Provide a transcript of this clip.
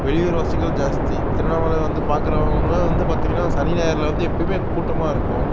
வெளியூர் வாசிகள் ஜாஸ்தி திருவண்ணாமலை வந்து பார்க்குறவுங்க வந்து பார்த்திங்கனா சனி ஞாயிறுல வந்து எப்போயுமே கூட்டமாகருக்கும்